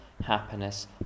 happiness